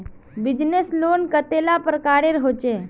Business loan कतेला प्रकारेर होचे?